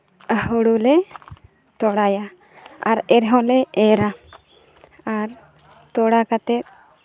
ᱦᱩᱲᱩᱞᱮ ᱛᱚᱞᱟᱭᱟ ᱟᱨ ᱮᱨ ᱦᱚᱸᱞᱮ ᱮᱨᱟ ᱟᱨ ᱛᱚᱞᱟ ᱠᱟᱛᱮᱫ